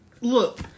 Look